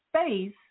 space